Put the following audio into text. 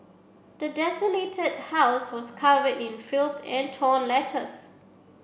the desolated house was covered in filth and torn letters